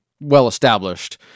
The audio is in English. well-established